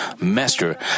Master